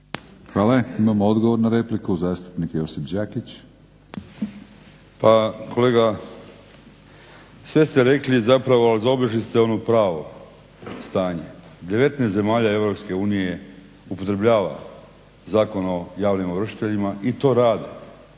Hvala. Imamo odgovor na repliku, zastupnik Josip Đakić. **Đakić, Josip (HDZ)** Pa kolega sve ste rekli zapravo, ali zaobišli ste ono pravo stanje. 19 zemalja Europske unije upotrebljava Zakon o javnim ovršiteljima i to radi.